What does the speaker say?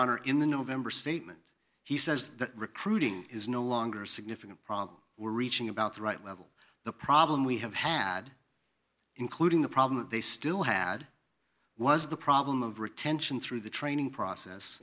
honor in the november statement he says that recruiting is no longer a significant problem we're reaching about the right level the problem we have had including the problem that they still had was the problem of retention through the training process